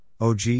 OG